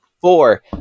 Four